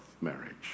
marriage